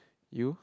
you